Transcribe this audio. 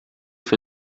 für